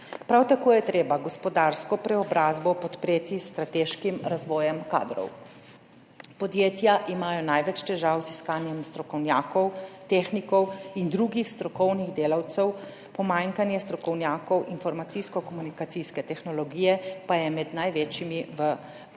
Prav tako je treba gospodarsko preobrazbo podpreti s strateškim razvojem kadrov. Podjetja imajo največ težav z iskanjem strokovnjakov, tehnikov in drugih strokovnih delavcev. Pomanjkanje strokovnjakov informacijsko-komunikacijske tehnologije pa je med največjimi v Evropski